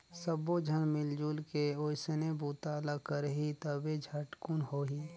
सब्बो झन मिलजुल के ओइसने बूता ल करही तभे झटकुन होही